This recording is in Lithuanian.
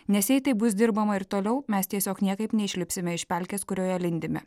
nes jei taip bus dirbama ir toliau mes tiesiog niekaip neišlipsime iš pelkės kurioje lindime